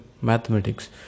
mathematics